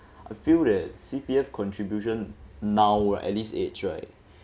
I feel that C_P_F contribution now at this age right